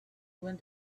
when